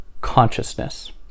consciousness